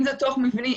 אם זה תוך מבני,